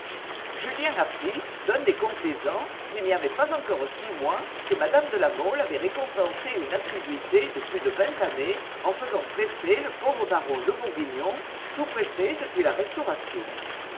julien apprit d'un des complaisants qu'il n'y avait pas encore six mois que mme de la mole avait récompensé une assiduité de plus de vingt années en faisant préfet le pauvre baron le bourguignon sous-préfet depuis la restauration